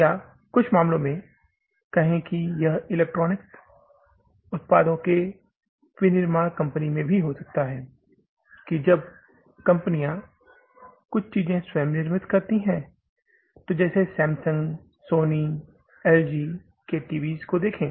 या कुछ मामलों में कहें कि यह इलेक्ट्रॉनिक्स उत्पादों के विनिर्माण कंपनी में हो सकता है कि जब कंपनियां कुछ चीज़े स्वयं निर्माण करती हैं तो जैसे सैमसंग सोनी एलजी के टीवी देखें